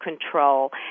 control